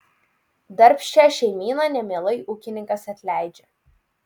darbščią šeimyną nemielai ūkininkas atleidžia